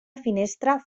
finestra